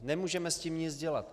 Nemůžeme s tím nic dělat.